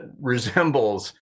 resembles